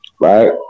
right